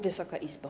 Wysoka Izbo!